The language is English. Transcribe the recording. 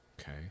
Okay